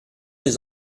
les